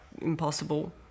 impossible